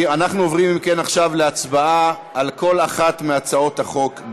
ההסדרה כאמור תבטיח שתביעות לפיצויים לפי סעיף 197 לחוק,